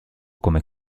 come